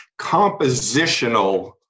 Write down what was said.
compositional